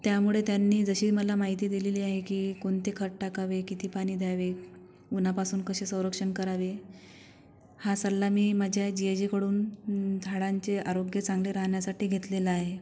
त्यामुळे त्यांनी जशी मला माहिती दिलेली आहे की कोणते खत टाकावे किती पाणी द्यावे उन्हापासून कसे संरक्षण करावे हा सल्ला मी माझ्या जिजाजीकडून झाडांचे आरोग्य चांगले राहण्यासाठी घेतलेला आहे